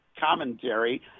commentary